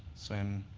swim.